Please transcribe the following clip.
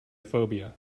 phobia